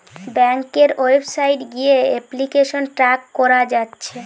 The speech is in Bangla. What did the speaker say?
ব্যাংকের ওয়েবসাইট গিয়ে এপ্লিকেশন ট্র্যাক কোরা যাচ্ছে